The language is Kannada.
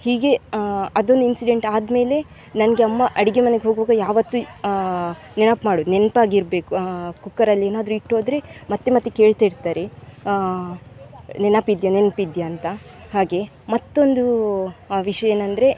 ಹೀಗೆ ಅದೊಂದು ಇನ್ಸಿಡೆಂಟ್ ಆದಮೇಲೆ ನನಗೆ ಅಮ್ಮ ಅಡಿಗೆ ಮನೆಗೆ ಹೋಗುವಾಗ ಯಾವತ್ತು ನೆನಪು ಮಾಡೋದು ನೆನಪಾಗಿರ್ಬೇಕು ಕುಕ್ಕರಲ್ಲಿ ಏನಾದರೂ ಇಟ್ಟೋದರೆ ಮತ್ತೆ ಮತ್ತೆ ಕೇಳ್ತಾಯಿರ್ತಾರೆ ನೆನಪಿದೆಯಾ ನೆನಪಿದ್ಯಾ ಅಂತ ಹಾಗೇ ಮತ್ತೊಂದು ವಿಷಯ ಏನೆಂದ್ರೆ